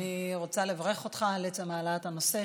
אני רוצה לברך אותך על עצם העלאת הנושא,